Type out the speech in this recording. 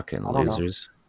losers